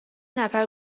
نفر